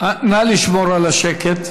נא לשמור על השקט.